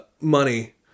Money